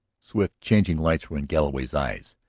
swift changing lights were in galloway's eyes.